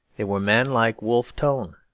they were men like wolfe tone,